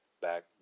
back